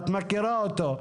את מכירה אותו.